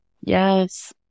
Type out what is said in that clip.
Yes